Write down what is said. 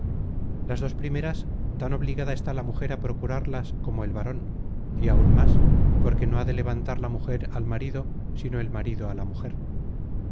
las dos primeras tan obligada está la mujer á procurarlas como el varon y aun más porque no ha de levantar la mujer al marido sino el marido á la mujer